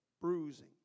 bruising